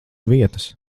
vietas